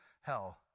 hell